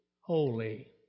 holy